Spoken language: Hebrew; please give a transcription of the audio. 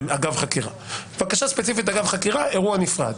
אגב, בקשה ספציפית, חקירה, אירוע נפרד.